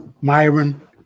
Myron